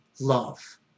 love